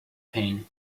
pain